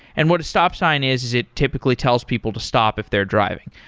and what a stop sign is is it typically tells people to stop if they're driving.